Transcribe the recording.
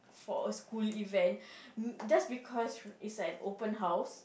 for a school event m~ just because it's an open house